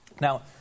Now